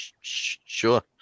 Sure